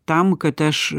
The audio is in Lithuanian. tam kad aš